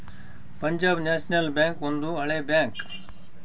Punjab National Bank ಒಂದು ಹಳೆ bank